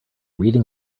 reading